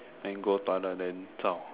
then go toilet then zhao